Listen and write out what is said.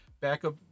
backup